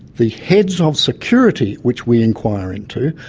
the heads of security, which we inquire into,